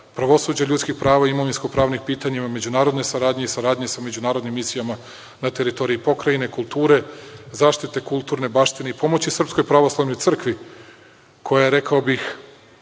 pravosuđa, ljudskih prava, imovinsko-pravnih pitanja, o međunarodnoj saradnji i saradnji sa međunarodnim misijama na teritoriji Pokrajine, kulture, zaštite kulturne baštine i pomoći Srpskoj pravoslavnoj crkvi, koja je, rekao bih,